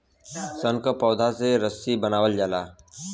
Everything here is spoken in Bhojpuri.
सन क पौधा से रस्सी बनावल जाला